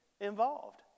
involved